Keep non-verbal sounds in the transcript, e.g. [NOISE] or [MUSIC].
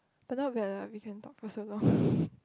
but not bad lah we can talk for so long [BREATH]